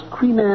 Queen